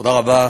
תודה רבה.